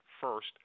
first